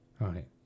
Right